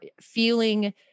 feeling